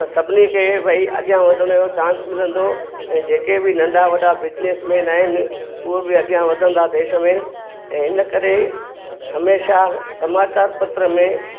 त सभिनी खे भई अॻियां वधण जो चांस मिलंदो ऐं जेके बि नंढा वॾा बिजनेसमेन आहिनि उहे बि अॻियां वधंदा देश में ऐं इन करे हमेशा समाचार पत्र में